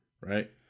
right